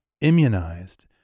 immunized